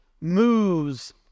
moves